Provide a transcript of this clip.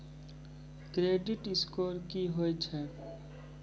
Credit score की होय छै?